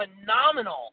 phenomenal